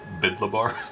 Bidlabar